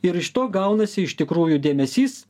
ir iš to gaunasi iš tikrųjų dėmesys